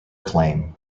acclaim